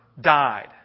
died